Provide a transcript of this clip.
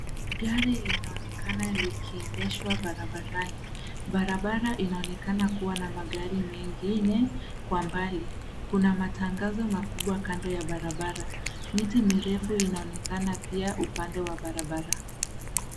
Gari linaonekana likiendeshwa barabarani. Barabara inaonekana kuwa na magari mengine kwa mbali. Kuna matangazo makubwa kando ya barabara. Miti mirefu inaonekana pia upande wa barabara.